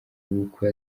ubukwe